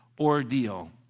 Ordeal